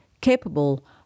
capable